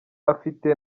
afite